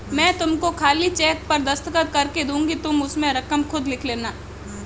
मैं तुमको खाली चेक पर दस्तखत करके दूँगी तुम उसमें रकम खुद लिख लेना